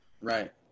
Right